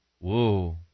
Whoa